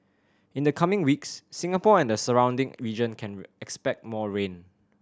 in the coming weeks Singapore and the surrounding region can expect more rain